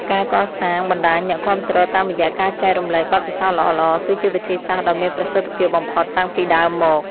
ការកសាងបណ្ដាញអ្នកគាំទ្រតាមរយៈការចែករំលែកបទពិសោធន៍ល្អៗ គឺជាវិធីសាស្ត្រដ៏មានប្រសិទ្ធភាពបំផុតតាំងពីដើមមក។